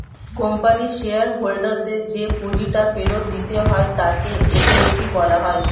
কোম্পানির শেয়ার হোল্ডারদের যে পুঁজিটা ফেরত দিতে হয় তাকে ইকুইটি বলা হয়